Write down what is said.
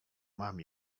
mam